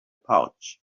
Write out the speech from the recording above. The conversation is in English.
pouch